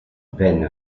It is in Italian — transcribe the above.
venne